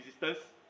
resistance